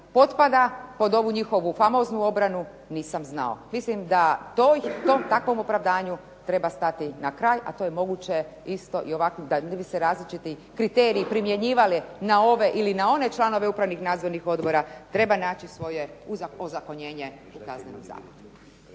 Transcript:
potpada pod ovu njihovu famoznu obranu nisam znao. Mislim da takvom opravdanju treba stati na kraj, a to je moguće isto vide se različiti kriteriji, primjenjivali na ove ili one članove nadzornih odbora. Treba naći svoje ozakonjenje u Kaznenom zakonu.